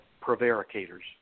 prevaricators